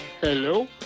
Hello